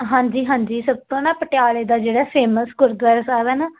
ਹਾਂਜੀ ਹਾਂਜੀ ਸਭ ਤੋਂ ਨਾ ਪਟਿਆਲੇ ਦਾ ਜਿਹੜਾ ਫੇਮਸ ਗੁਰਦੁਆਰਾ ਸਾਹਿਬ ਹੈ ਨਾ